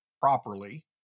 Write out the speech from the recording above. properly